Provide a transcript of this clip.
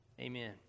Amen